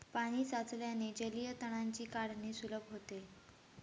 पाणी साचल्याने जलीय तणांची काढणी सुलभ होते